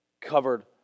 covered